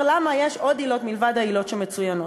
למה יש עוד עילות מלבד העילות שמצוינות.